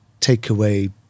takeaway